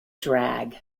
drag